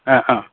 ओ ओ